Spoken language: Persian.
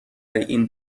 این